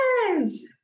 Yes